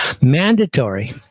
Mandatory